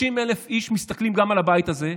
30,000 איש מסתכלים גם על הבית הזה,